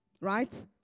right